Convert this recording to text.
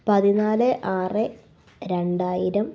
പതിനാല് ആറ് രണ്ടായിരം